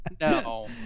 No